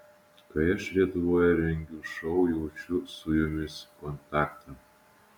kai aš lietuvoje rengiu šou jaučiu su jumis kontaktą